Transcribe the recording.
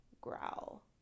growl